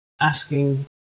asking